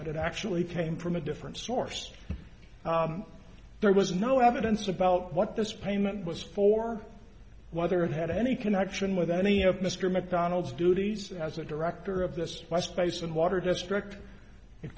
that it actually came from a different source there was no evidence about what this payment was for whether it had any connection with any of mr macdonald's duties as a director of this my space and water district it